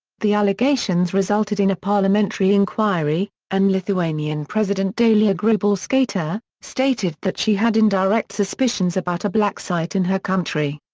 the allegations resulted in a parliamentary inquiry, and lithuanian president dalia grybauskaite stated that she had indirect suspicions about a black site in her country.